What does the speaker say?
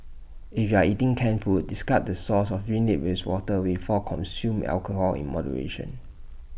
if you are eating canned food discard the sauce or rinse IT with water before consume alcohol in moderation